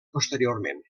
posteriorment